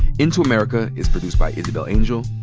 into america is produced by isabel angel,